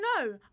no